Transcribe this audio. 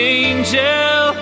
angel